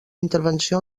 intervenció